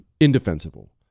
indefensible